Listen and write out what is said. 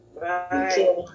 Bye